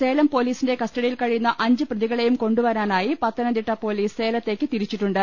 സേലം പൊലീസിന്റെ കസ്റ്റഡിയിൽ കഴിയുന്ന അഞ്ച് പ്രതികളെയും കൊണ്ടുവരാനായി പത്തനംതിട്ട പൊലീസ് സേലത്തേക്ക് തിരിച്ചിട്ടുണ്ട്